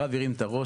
הרב הרים את הראש,